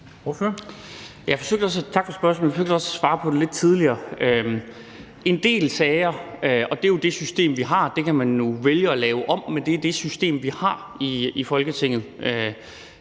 Tak for spørgsmålet. Jeg forsøgte også at svare på det lidt tidligere. I en del sager – og det er jo det system, vi har, og det kan man vælge at lave om, men det er det system, vi har i Folketinget